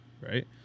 right